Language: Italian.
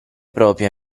proprie